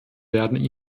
werden